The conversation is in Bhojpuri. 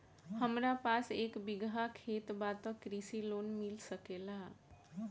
हमरा पास एक बिगहा खेत बा त कृषि लोन मिल सकेला?